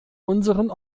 unseren